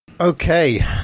Okay